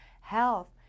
Health